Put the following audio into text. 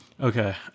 okay